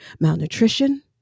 malnutrition